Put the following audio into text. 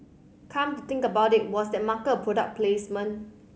come to think about it was that marker a product placement